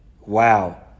Wow